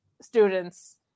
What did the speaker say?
students